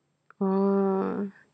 oh